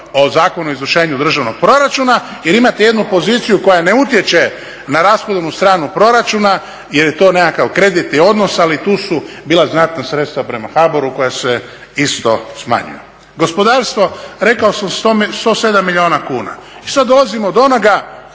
o Zakonu o izvršenju državnog proračuna jer imate jednu poziciju koja ne utječe na rashodovnu stranu proračuna jer je to nekakav kreditni odnos, ali tu su bila znatna sredstva prema HBOR-u koja se isto smanjuju. Gospodarstvo, rekao sam 107 milijuna kuna i sad dolazimo do onoga